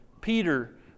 Peter